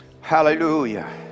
Hallelujah